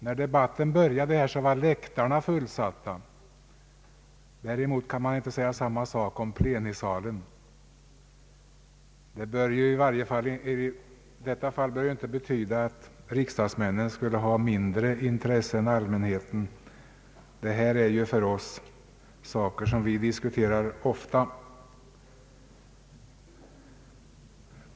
När debatten började här var läktarna fullsatta — däremot kan man inte säga samma sak om plenisalen. Det behöver dock inte betyda att riksdagsmännens intresse skulle vara mindre än allmänhetens. För oss är ju detta saker som vi diskuterar ofta.